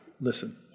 listen